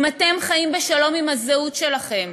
אם אתם חיים בשלום עם הזהות שלכם,